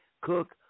cook